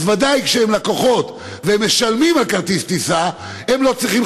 אז ודאי שכשהם לקוחות והם משלמים על כרטיס טיסה הם לא צריכים,